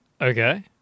Okay